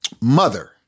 Mother